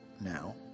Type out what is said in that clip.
now